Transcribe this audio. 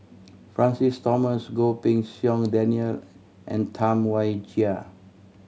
Francis Thomas Goh Pei Siong Daniel and Tam Wai Jia